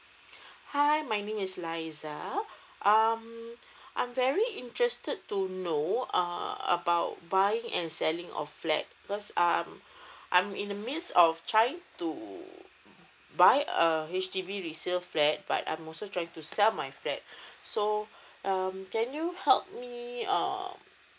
hi my name is liza um I'm very interested to know err about buying and selling of flat because um I'm in the midst of trying to buy a H_D_B resale flat but I'm also trying to sell my flat so um can you help me err